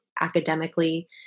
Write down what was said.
academically